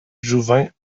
jouvin